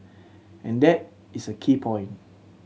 and that is a key point